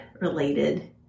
related